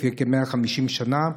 לפני כ-150 שנה,